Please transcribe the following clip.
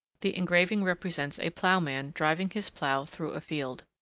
the engraving represents a ploughman driving his plough through a field.